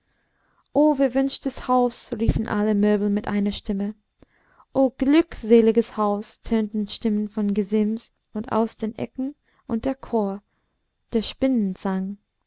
o verwünschtes haus riefen alle möbel mit einer stimme o glückseliges haus tönten stimmen vom gesims und aus den ecken und der chor der